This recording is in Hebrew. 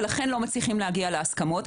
ולכן לא מצליחים להגיע להסכמה.